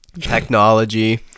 Technology